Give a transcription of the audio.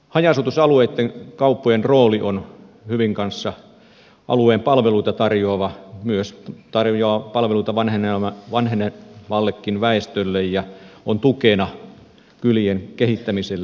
haja asutusalueitten kauppojen rooli on hyvin kanssa alueen palveluita tarjoava tarjoavat palveluita vanhenevallekin väestölle ja ovat tukena kylien kehittämiselle